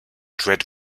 dread